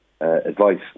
advice